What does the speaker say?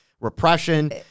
repression